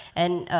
and